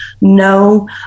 no